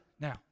Now